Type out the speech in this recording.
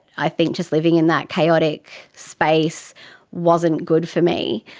i think just living in that chaotic space wasn't good for me,